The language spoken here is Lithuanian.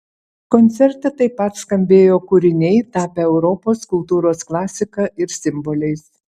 koncerte taip pat skambėjo kūriniai tapę europos kultūros klasika ir simboliais